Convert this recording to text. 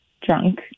drunk